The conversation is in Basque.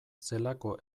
zelako